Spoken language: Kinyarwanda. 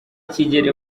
kigeli